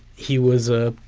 he was a,